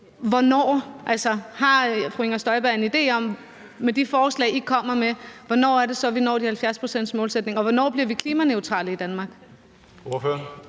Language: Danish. hvornår så? Altså, har fru Inger Støjberg en idé om – med de forslag, I kommer med – hvornår det så er, at vi når den 70-procentsmålsætning? Og hvornår bliver vi klimaneutrale i Danmark?